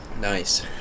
nice